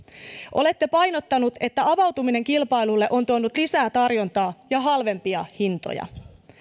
olette painottanut että avautuminen kilpailulle on tuonut lisää tarjontaa ja halvempia hintoja